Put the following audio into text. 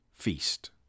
feast